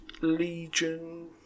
Legion